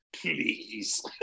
Please